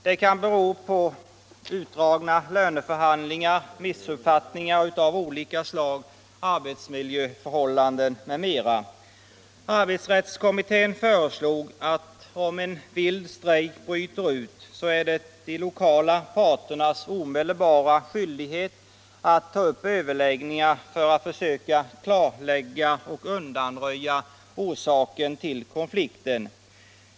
Det kan bero på utdragna löneförhandlingar, missuppfattningar av olika slag, arbetsmiljöförhållanden m.m. Arbetsrättskommittén föreslog att om en vild strejk bryter ut, så skall det vara de lokala parternas omedelbara skyldighet att ta upp överläggningar för att försöka klarlägga och undanröja orsaken till konflikten.